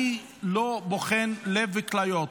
אני לא בוחן לב וכליות.